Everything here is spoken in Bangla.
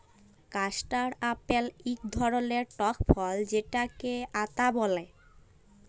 কাস্টাড় আপেল ইক ধরলের টক ফল যেটকে আতা ব্যলে